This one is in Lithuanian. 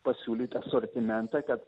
pasiūlyt asortimentą kad